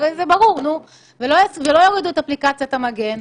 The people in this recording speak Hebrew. הם גם לא יורידו את אפליקציית המגן.